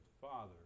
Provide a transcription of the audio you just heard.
Father